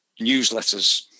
newsletters